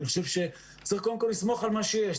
אני חושב שצריך קודם כל לסמוך על מה שיש.